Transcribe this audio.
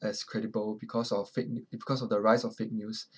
as credible because of fake n~ because of the rise of fake news